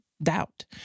doubt